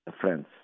friends